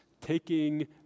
taking